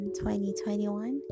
2021